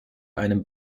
einem